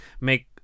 make